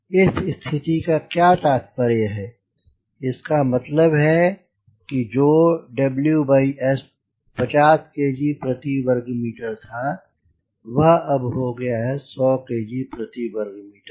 इस स्थिति का क्या तात्पर्य है इसका मतलब है की जो WS 50 kg प्रति वर्ग मीटर था वह अब हो गया है 100 kg प्रति वर्ग मीटर